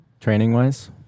training-wise